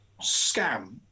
scam